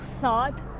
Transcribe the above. thought